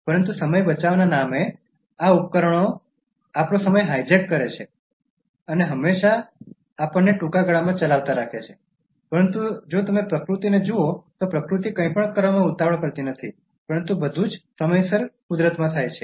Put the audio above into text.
પરંતુ સમય બચાવવાનાં નામે આ ઉપકરણો તેઓ આપણો સમય હાઇજેક કરે છે અને હંમેશાં અમને ટૂંકા ગાળામાં ચલાવતા રાખે છે પરંતુ જો તમે પ્રકૃતિને જુઓ તો પ્રકૃતિ કંઈપણ કરવામાં ઉતાવળ કરતી નથી પરંતુ બધું જ સમયસર કુદરતમાં થાય છે